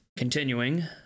continuing